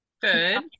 good